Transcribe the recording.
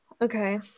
Okay